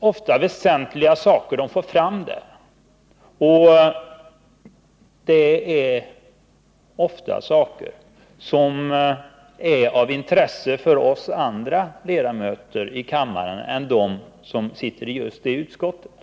ofta väsentliga saker, saker som är av intresse för andra ledamöter i kammaren än de som sitter i resp. utskott.